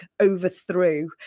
Overthrew